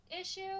issue